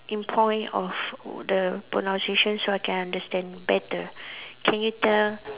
in point of the pronunciation so I can understand better can you tell